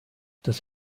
das